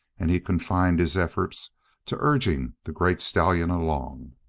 and he confined his efforts to urging the great stallion along.